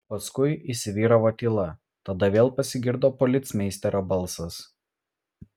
paskui įsivyravo tyla tada vėl pasigirdo policmeisterio balsas